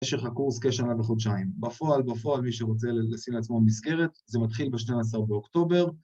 ‫משך הקורס כשנה וחודשיים. ‫בפועל, בפועל, מי שרוצה ‫לשים לעצמו מזכרת, ‫זה מתחיל ב-12 באוקטובר.